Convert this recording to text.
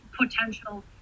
potential